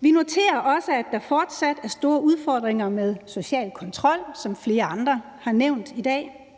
Vi noterer os også, at der fortsat er store udfordringer med social kontrol, som flere andre også har nævnt i dag,